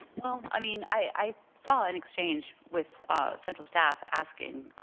i mean i saw an exchange with central staff asking